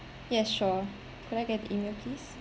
yes sure could I get your E-mail please